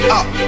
up